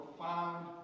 profound